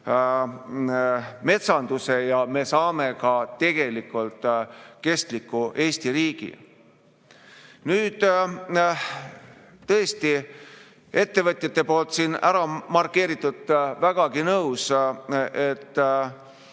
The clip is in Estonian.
metsanduse ja me saame ka kestliku Eesti riigi. Nüüd, tõesti, ettevõtjate poolt siin ära markeeritud, [olen] vägagi nõus: me